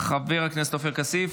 חבר הכנסת עופר כסיף,